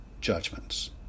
judgments